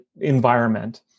environment